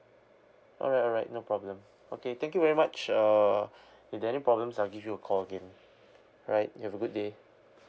all right all right no problem okay thank you very much err if there are any problems I'll give you a call again right you have a good day